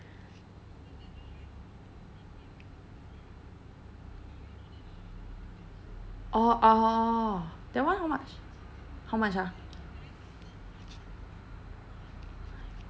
orh orh that one how much how much ah